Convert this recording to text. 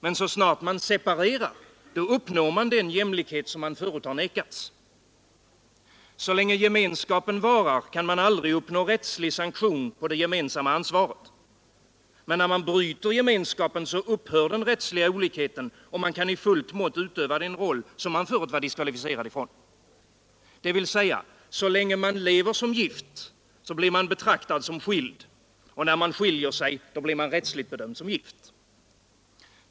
Men så snart man separerar uppnår man den jämlikhet man förut vägrats. Så länge gemenskapen varar, kan man aldrig uppnå rättslig sanktion på det gemensamma ansvaret. Men när man bryter gemenskapen upphör den rättsliga olikheten, och man kan i fullt mått utöva den roll man förut var diskvalificerad för, dvs. så länge man lever som gift blir man betraktad som skild. När man skiljer sig blir man rättsligt bedömd som om man var gift.